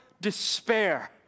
despair